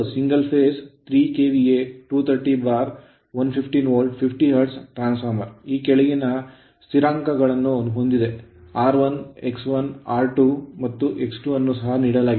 single phase 3 KVA 230115 volt 50 hertz transformer ಈ ಕೆಳಗಿನ ಸ್ಥಿರಾಂಕಗಳನ್ನು ಹೊಂದಿದೆ R1 X1 R2 ಮತ್ತು X2 ಅನ್ನು ಸಹ ನೀಡಲಾಗಿದೆ